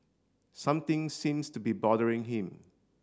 something seems to be bothering him